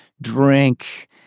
drink